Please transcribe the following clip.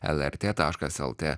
lrt taškas lt